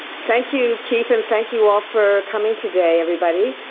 thank you, keith. and thank you all for coming today, everybody.